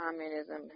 communism